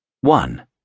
One